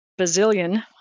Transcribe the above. bazillion